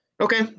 Okay